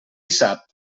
sap